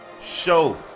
show